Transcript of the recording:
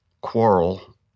quarrel